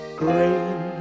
green